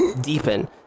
deepen